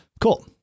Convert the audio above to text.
cool